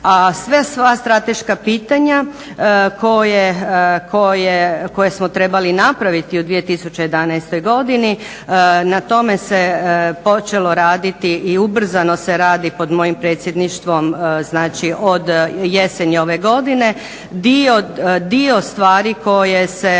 a sva strateška pitanja koja smo trebali napraviti u 2011. godini na tome se počelo raditi i ubrzano se radi pod mojim predsjedništvom, znači od jeseni ove godine, dio stvari koje se